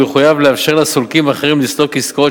והוא יחויב לאפשר לסולקים אחרים לסלוק עסקאות